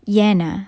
ஏனா:enaa